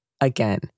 Again